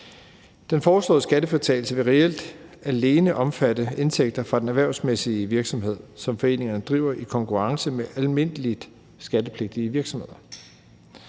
Den foreslåede skattefritagelse vil reelt alene omfatte indtægter fra den erhvervsmæssige virksomhed, som foreningerne driver i konkurrence med almindeligt skattepligtige virksomheder.